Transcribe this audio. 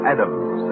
Adams